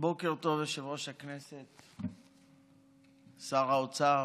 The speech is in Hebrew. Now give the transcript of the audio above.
בוקר טוב, יושב-ראש הכנסת, שר האוצר,